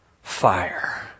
Fire